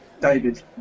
David